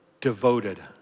Devoted